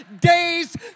days